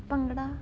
bhangra